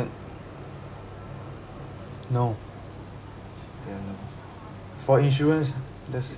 but then no and um for insurance that's